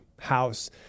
house